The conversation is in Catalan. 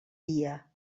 dia